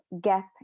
gap